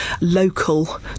local